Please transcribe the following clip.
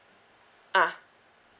ah